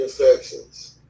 infections